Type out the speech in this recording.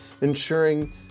ensuring